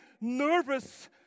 nervous